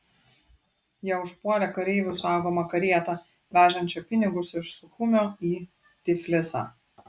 jie užpuolė kareivių saugomą karietą vežančią pinigus iš suchumio į tiflisą